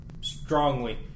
strongly